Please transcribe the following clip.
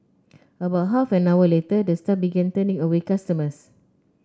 about half an hour later the staff began turning away customers